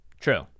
True